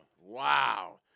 wow